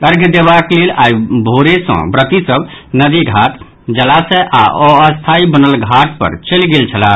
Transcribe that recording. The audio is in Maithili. अर्ध्य देवाक लेल आइ भोरे सँ व्रति सभ नदि घाट जलाशय आओर अस्थायी बनल घाट पर चलि गेल छलाह